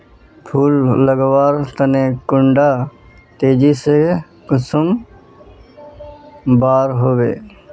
फुल लगवार तने कुंडा तेजी से कुंसम बार वे?